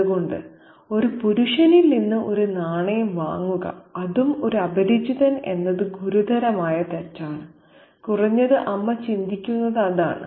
അതുകൊണ്ട് ഒരു പുരുഷനിൽ നിന്ന് ഒരു നാണയം വാങ്ങുക അതും ഒരു അപരിചിതൻ എന്നത് ഗുരുതരമായ തെറ്റാണ് കുറഞ്ഞത് അമ്മ ചിന്തിക്കുന്നത് അതാണ്